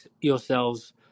yourselves